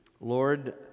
Lord